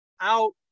out